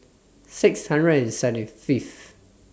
six hundred and seventy Fifth